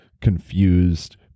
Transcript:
confused